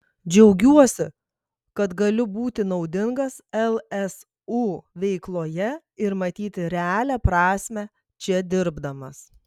džiaugiuosi kad galiu būti naudingas lsu veikloje ir matyti realią prasmę čia dirbdamas